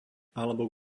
alebo